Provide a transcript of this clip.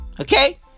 Okay